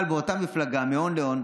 אבל באותה מפלגה, מהון להון,